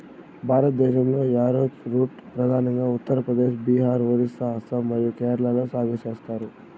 భారతదేశంలో, యారోరూట్ ప్రధానంగా ఉత్తర ప్రదేశ్, బీహార్, ఒరిస్సా, అస్సాం మరియు కేరళలో సాగు చేస్తారు